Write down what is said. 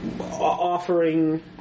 offering